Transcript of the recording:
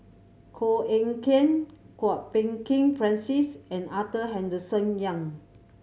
Koh Eng Kian Kwok Peng Kin Francis and Arthur Henderson Young